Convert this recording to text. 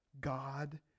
God